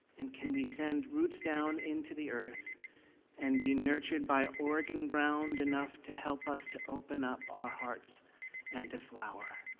and can we send roots down into the earth and be nurtured by oregon ground enough to help us to open up our hearts and to flower.